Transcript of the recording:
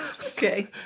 Okay